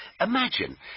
imagine